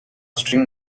string